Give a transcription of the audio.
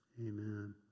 Amen